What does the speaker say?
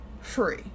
free